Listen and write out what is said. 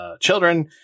children